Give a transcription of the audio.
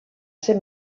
ser